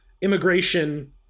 immigration